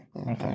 Okay